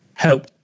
help